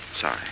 Sorry